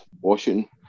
Washington